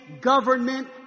government